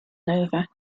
nova